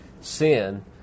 sin